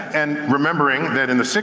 and remembering, that in the